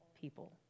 people